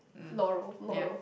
Laurel Laurel